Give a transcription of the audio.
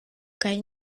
kaj